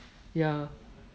ya